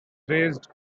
raised